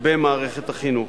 במערכת החינוך.